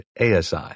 ASI